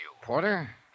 Porter